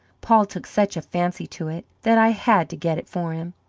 paul took such a fancy to it that i had to get it for him.